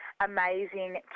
amazing